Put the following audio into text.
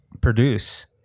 produce